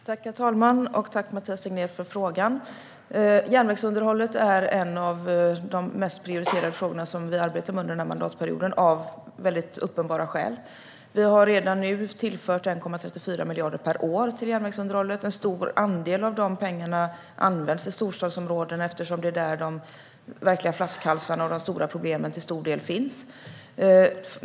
Herr talman! Tack, Mathias Tegnér, för frågan! Järnvägsunderhållet är en av de mest prioriterade frågor som vi arbetar med under mandatperioden av väldigt uppenbara skäl. Vi har redan nu tillfört 1,34 miljarder per år till järnvägsunderhållet. En stor andel av de pengarna används i storstadsområden eftersom det är där som de verkliga flaskhalsarna och de stora problemen till stor del finns.